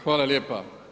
Hvala lijepa.